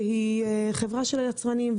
שהיא חברה של היצרנים,